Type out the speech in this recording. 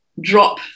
drop